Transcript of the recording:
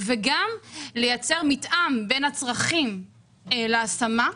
וגם לייצר מתאם בין הצרכים להשמה,